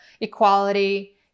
equality